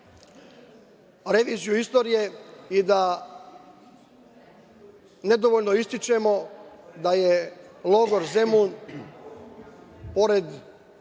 reviziju istorije i da nedovoljno ističemo da je logor Zemun, pored